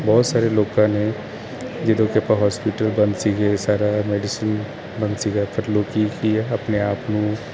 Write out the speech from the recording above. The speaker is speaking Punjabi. ਬਹੁਤ ਸਾਰੇ ਲੋਕਾਂ ਨੇ ਜਦੋਂ ਕਿ ਆਪਾਂ ਹੋਸਪਿਟਲ ਬੰਦ ਸੀਗੇ ਸਾਰਾ ਮੈਡੀਸਨ ਬੰਦ ਸੀਗਾ ਫਿਰ ਲੋਕੀ ਕੀ ਹੈ ਆਪਣੇ ਆਪ ਨੂੰ